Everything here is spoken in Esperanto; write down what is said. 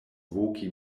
voki